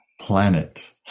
planet